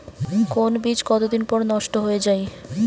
কোন বীজ কতদিন পর নষ্ট হয়ে য়ায়?